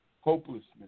hopelessness